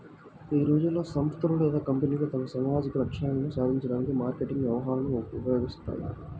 ఈ రోజుల్లో, సంస్థలు లేదా కంపెనీలు తమ సామాజిక లక్ష్యాలను సాధించడానికి మార్కెటింగ్ వ్యూహాలను ఉపయోగిస్తాయి